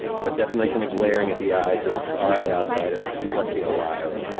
but definitely kind of glaring at the eyes of, all right, outsiders, we left you alive,